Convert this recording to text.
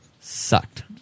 sucked